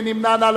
מי נמנע?